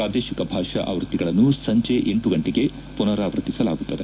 ಪ್ರಾದೇಶಿಕ ಭಾಷಾ ಆವೃತ್ತಿಗಳನ್ನು ಸಂಜೆ ಎಂಟು ಗಂಟೆಗೆ ಪುನರಾವರ್ತಿಸಲಾಗುತ್ತದೆ